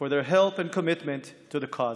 על עזרתם ועל מחויבותם למטרה.